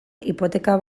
hipoteka